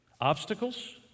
Obstacles